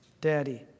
daddy